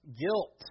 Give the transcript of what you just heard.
guilt